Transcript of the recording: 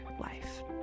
life